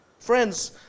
Friends